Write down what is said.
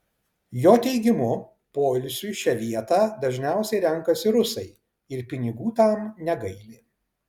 jo teigimu poilsiui šią vietą dažniausiai renkasi rusai ir pinigų tam negaili